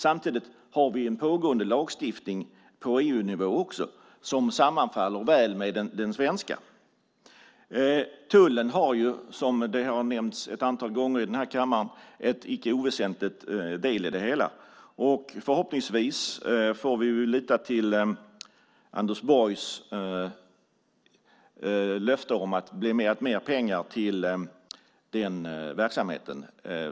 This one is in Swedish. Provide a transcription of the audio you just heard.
Samtidigt har vi en pågående lagstiftning på EU-nivå som sammanfaller väl med den svenska. Tullen har ju, som har nämnts ett antal gånger i den här kammaren, en icke oväsentlig del i det hela. Förhoppningsvis får vi lita till Anders Borgs löfte om att det blir mer pengar till den verksamheten.